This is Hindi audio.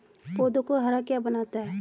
पौधों को हरा क्या बनाता है?